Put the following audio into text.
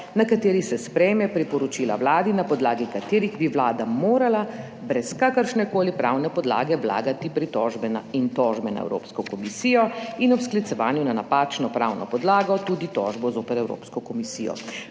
na kateri se sprejme priporočila Vladi, na podlagi katerih bi Vlada morala brez kakršnekoli pravne podlage vlagati pritožbe in tožbe na Evropsko komisijo in ob sklicevanju na napačno pravno podlago tudi tožbo zoper Evropsko komisijo.